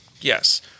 Yes